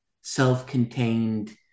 self-contained